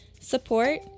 support